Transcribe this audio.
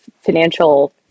financial